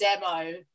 Demo